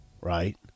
Right